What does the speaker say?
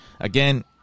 again